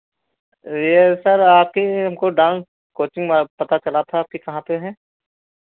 ये सर आपकी हमको डांस कोचिंग बा पता चला था आपकी कहाँ पे है